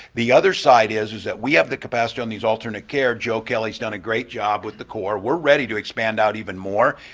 the other side is is that we have the capacity on these alternate care, joe kelly's done a great job with the corps, we're ready to expand out more,